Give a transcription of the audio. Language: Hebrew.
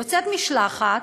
יוצאת משלחת